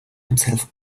himself